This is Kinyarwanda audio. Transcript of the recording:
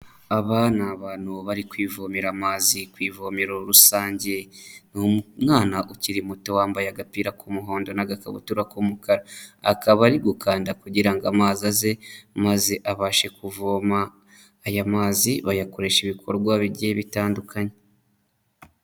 Aba ni abantu bari kwivomera amazi ku ivomero rusange, ni umwana ukiri muto wambaye agapira k'umuhondo n'agakabutura k'umukara, akaba ari gukanda kugira ngo amazi aze, maze abashe kuvoma, aya mazi bayakoresha ibikorwa bigiye bitandukanye.